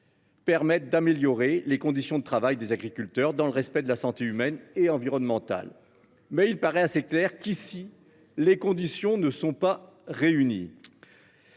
permettent d’améliorer les conditions de travail des agriculteurs, dans le respect de la santé humaine et environnementale. Mais il paraît assez évident qu’en l’espèce de telles conditions ne sont pas réunies.